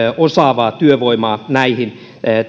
osaavaa työvoimaa näihin